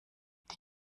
die